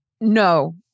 No